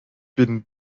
bin